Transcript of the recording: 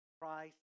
Christ